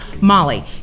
Molly